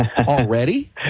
Already